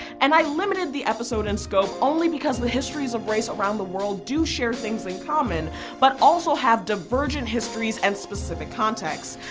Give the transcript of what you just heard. and i limited the episode in scope only because the histories of race around the world do share things in common but also have divergent histories and specific context.